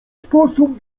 sposób